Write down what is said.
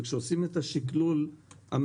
וכאשר עושים את השקלול המלא,